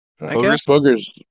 Booger's